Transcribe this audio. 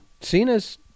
Cena's